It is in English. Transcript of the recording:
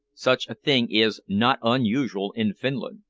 such a thing is not unusual in finland.